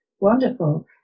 wonderful